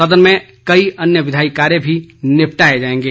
सदन में कई अन्य विधायी कार्य भी निपटाए जाएंगे